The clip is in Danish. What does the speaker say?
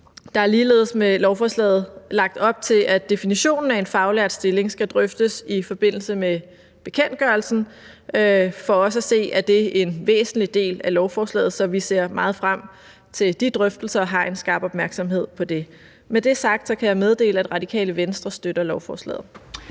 Der er ligeledes med lovforslaget lagt op til, at definitionen af en faglært stilling skal drøftes i forbindelse med bekendtgørelsen. For os at se er det en væsentlig del af lovforslaget, så vi ser meget frem til de drøftelser og har en skarp opmærksomhed på det. Med det sagt kan jeg meddele, at Radikale Venstre støtter lovforslaget.